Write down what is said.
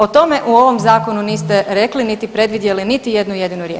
O tome u ovom zakonu niste rekli niti predvidjeli niti jednu jedinu riječ.